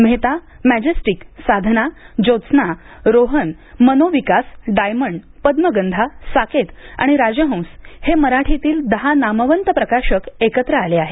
Mehta Majestic Sadhana Jyotsna Rohan Manovikas Diamond Padmagandha Saket आणि राजहंस हे मराठीतील दहा नामवंत प्रकाशक एकत्र आले आहेत